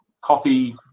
coffee